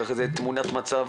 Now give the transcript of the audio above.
יש לך תמונת מצב